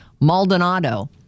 Maldonado